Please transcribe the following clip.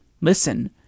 listen